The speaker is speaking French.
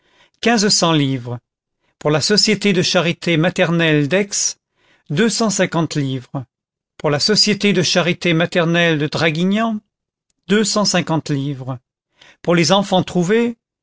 cents livres pour la société de charité maternelle d'aix deux cent cinquante livres pour la société de charité maternelle de draguignan deux cent cinquante livres pour les enfants trouvés